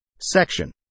Section